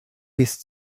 bis